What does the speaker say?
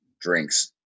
drinks